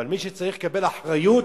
אבל מי שצריך לקבל אחריות,